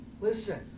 Listen